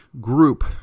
group